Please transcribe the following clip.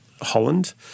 holland